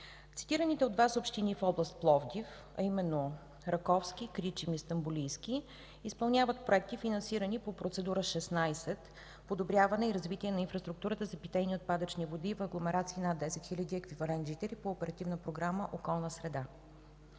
Цитираните от Вас общини в област Пловдив, а именно Раковски, Кричим и Стамболийски, изпълняват проекти финансирани по Процедура 16 „Подобряване и развитие на инфраструктурата за питейни и отпадъчни води” в агломерации над 10 хиляди еквивалент жители по Оперативна програма „Околна среда”.